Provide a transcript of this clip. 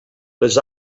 les